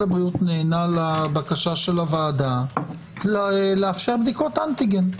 הבריאות נענה לבקשת הוועדה לאפשר בדיקות אנטיגן.